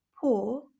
poor